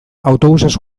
autobusez